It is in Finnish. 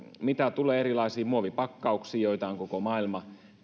mitä tulee erilaisiin muovipakkauksiin joita on koko maailma